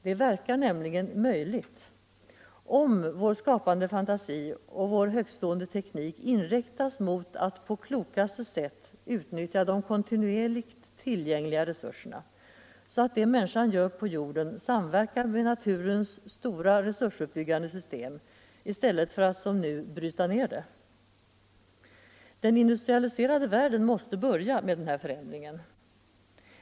Detta verkar nämligen möjligt, om vår skapande fantasi och vår högtstående teknik inriktas mot att på klokaste sätt utnyttja de kontinuerligt tillgängliga resurserna, så att det människan gör på jorden samverkar med naturens stora resursuppbyggande system i stället för att som nu bryta ned det. Den industrialiserade världen måste börja med den här förändringen.